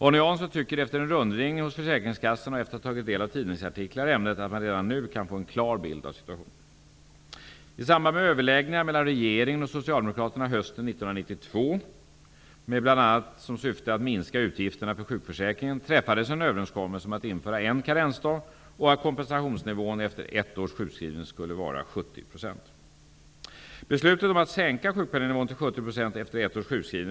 Arne Jansson tycker efter en rundringning hos försäkringskassorna och efter att ha tagit del av tidningsartiklar i ämnet att man redan nu kan få en klar bild av situationen. I samband med överläggningarna mellan regeringen och Socialdemokratena hösten 1992, bl.a. i syfte att minska utgifterna för sjukförsäkringen, träffades en överenskommelse om att införa en karensdag och att kompensationsnivån efter ett års sjukskrivning skulle vara 70 %.